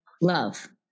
love